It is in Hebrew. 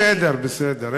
בסדר, בסדר.